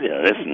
listen